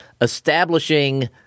establishing